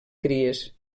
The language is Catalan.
cries